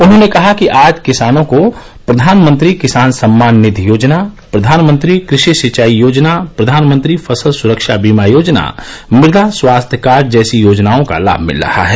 उन्होंने कहा कि आज किसानों को प्रधानमंत्री किसान सम्मान निधि योजना प्रधानमंत्री कृषि सिंचाई योजना प्रधानमंत्री फसल सुरक्षा बीमा योजना मृदा स्वास्थ्य कार्ड जैसी योजनाओं का लाभ मिल रहा है